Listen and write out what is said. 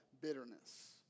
bitterness